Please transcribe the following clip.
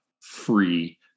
free